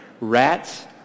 Rats